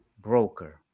broker